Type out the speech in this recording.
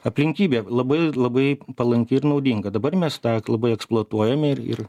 aplinkybė labai labai palanki ir naudinga dabar mes tą labai eksploatuojame ir ir